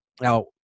Now